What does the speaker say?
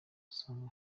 asanzwe